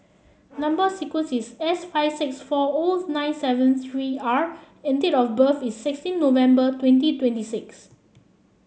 number sequence is S five six four O nine seven three R and date of birth is sixteen November twenty twenty six